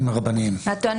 הרבניים.